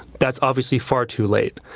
that's obviously far too late.